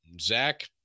Zach